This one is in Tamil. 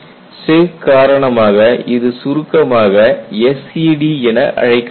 சிஹ் காரணமாக இது சுருக்கமாக SED என அழைக்கப்படுகிறது